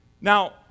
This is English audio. Now